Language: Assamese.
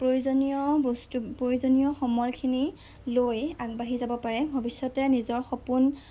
প্ৰয়োজনীয় বস্তু প্ৰয়োজনীয় সমলখিনি লৈ আগবাঢ়ি যাব পাৰে ভৱিষ্যতে নিজৰ সপোন